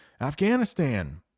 Afghanistan